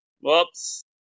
Whoops